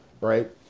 right